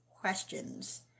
questions